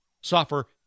suffer